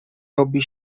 robi